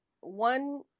One